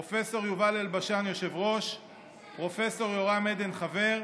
פרופ' יובל אלבשן, יושב-ראש, פרופ' יורם עדן, חבר,